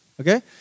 okay